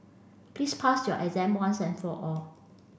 please pass your exam once and for all